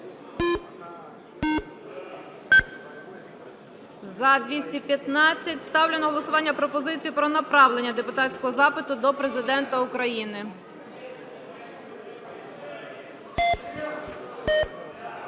За-215 Ставлю на голосування пропозицію про направлення депутатського запиту до Президента України.